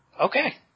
Okay